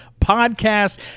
podcast